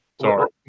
Sorry